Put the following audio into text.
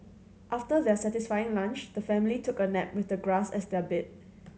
after their satisfying lunch the family took a nap with the grass as their bed